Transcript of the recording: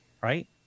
right